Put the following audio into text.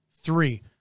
three